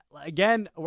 Again